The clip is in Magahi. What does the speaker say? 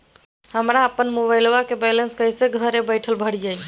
हमरा अपन मोबाइलबा के बैलेंस कैसे घर बैठल भरिए?